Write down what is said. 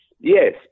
Yes